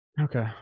Okay